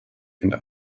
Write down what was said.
and